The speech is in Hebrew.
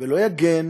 ולא יגן